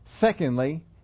Secondly